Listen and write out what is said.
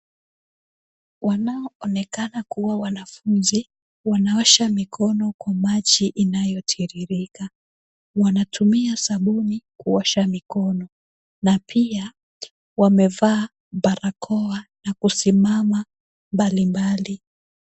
Wanaoonekana kuwa wanafunzi wanaosha mikono kwa maji inayotiririka. Wanatumia sabuni kuosha mikono na pia wamevaa barakoa na kusimama mbalimbali.